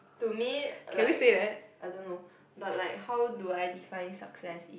to me like I don't know but like how do I define success is